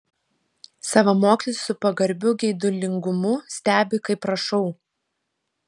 savamokslis su pagarbiu geidulingumu stebi kaip rašau